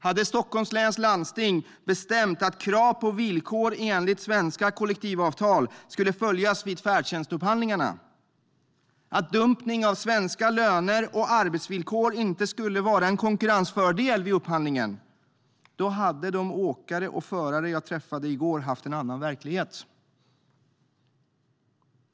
Hade Stockholms läns landsting bestämt att krav på villkor enligt svenska kollektivavtal skulle följas vid färdtjänstupphandlingarna, att dumpning av svenska löner och arbetsvillkor inte skulle vara en konkurrensfördel vid upphandlingen, då hade de åkare och förare som jag träffade i går haft en annan verklighet.